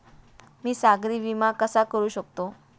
मी सागरी विमा कसा करू शकतो?